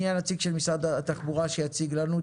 מי הנציג של משרד התחבורה שיציג לנו?